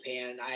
Japan